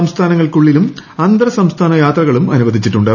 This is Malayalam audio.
സംസ്ഥാനങ്ങൾക്കുള്ളിലും അന്തർ സംസ്ഥാന യാത്രകളും അനുവദിച്ചിട്ടുണ്ട്